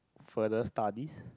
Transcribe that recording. further studies